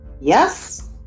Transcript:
Yes